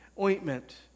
ointment